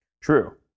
True